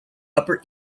upper